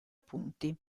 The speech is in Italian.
punti